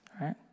right